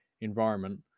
environment